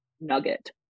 nugget